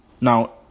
Now